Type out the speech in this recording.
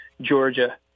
Georgia